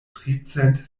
tricent